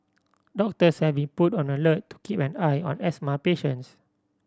doctors have been put on alert to keep an eye on asthma patients